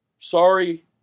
Sorry